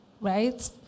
right